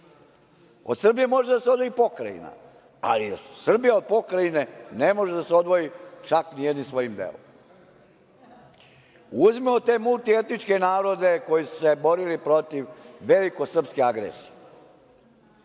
Od Srbije može da se odvoji pokrajina, ali Srbija od pokrajine ne može da se odvoji, čak ni jednim svojim delom. Uzmimo te multietničke narode koji su se borili protiv velikosrpske agresije.